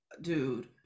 dude